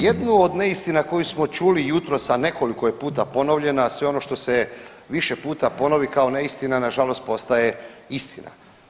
Jednu od neistina koju smo čuli jutros, a nekoliko je puta ponovljena sve ono što se više puta ponovi kao neistina nažalost postaje istina.